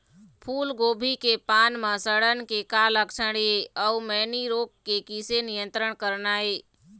फूलगोभी के पान म सड़न के का लक्षण ये अऊ मैनी रोग के किसे नियंत्रण करना ये?